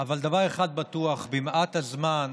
אבל דבר אחד בטוח: במעט הזמן